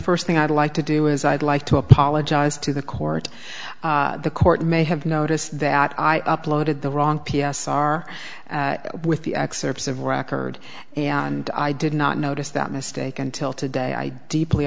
first thing i'd like to do is i'd like to apologize to the court the court may have noticed that i uploaded the wrong p s r with the excerpts of record and i did not notice that mistake until today i deeply